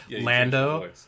Lando